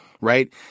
right